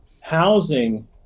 Housing